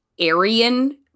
Aryan-